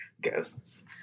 Ghosts